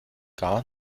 gar